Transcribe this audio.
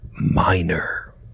minor